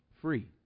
free